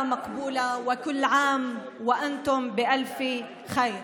מקבולה וכול עאם ואנתום באלפי ח'יר.